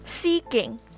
Seeking